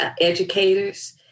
educators